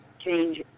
change